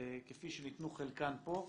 כפי שניתנו חלקן פה,